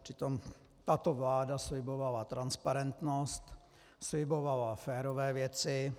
Přitom tato vláda slibovala transparentnost, slibovala férové věci.